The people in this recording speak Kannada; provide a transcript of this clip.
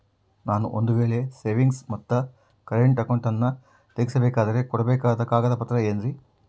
ನಾನು ಒಂದು ವೇಳೆ ಸೇವಿಂಗ್ಸ್ ಮತ್ತ ಕರೆಂಟ್ ಅಕೌಂಟನ್ನ ತೆಗಿಸಬೇಕಂದರ ಕೊಡಬೇಕಾದ ಕಾಗದ ಪತ್ರ ಏನ್ರಿ?